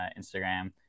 Instagram